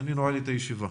אני נועל את הישיבה.